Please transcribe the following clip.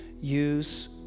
Use